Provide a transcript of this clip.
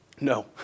No